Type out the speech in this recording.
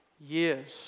years